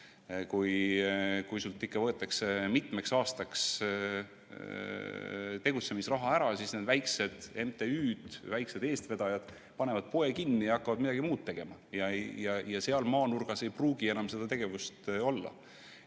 Kui sinult võetakse mitmeks aastaks tegutsemisraha ära, siis väikesed MTÜ-d, väikesed eestvedajad panevad poe kinni ja hakkavad midagi muud tegema ja seal maanurgas ei pruugi enam seda tegevust olla.